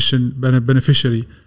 Beneficiary